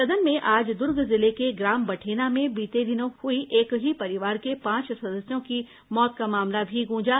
सदन में आज दुर्ग जिले के ग्राम बठेना में बीते दिनों हुई एक ही परिवार के पांच सदस्यों की मौत का मामला भी गूंजा